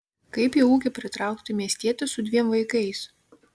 kaip į ūkį pritraukti miestietį su dviem vaikais